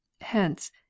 hence